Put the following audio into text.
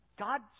God